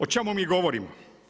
O čemu mi govorimo?